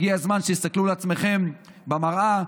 הגיע הזמן שתסתכלו על עצמכם במראה,